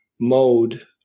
mode